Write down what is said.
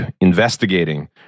investigating